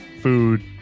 food